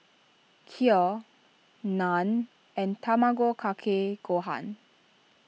Kheer Naan and Tamago Kake Gohan